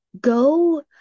go